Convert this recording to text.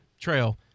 trail